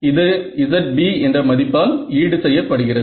இது zB என்ற மதிப்பால் ஈடு செய்ய படுகிறது